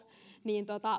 niin